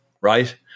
right